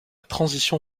transition